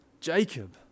Jacob